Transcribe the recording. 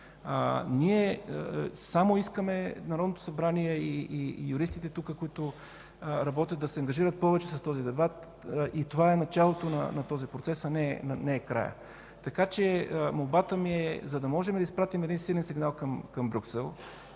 Ние само искаме Народното събрание и юристите, които работят тук, да се ангажират повече с този дебат и това е началото на този процес, а не е краят. Молбата ми е, за да можем да изпратим един силен сигнал към Брюксел,